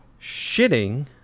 Shitting